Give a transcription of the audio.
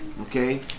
Okay